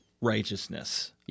righteousness